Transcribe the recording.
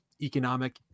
economic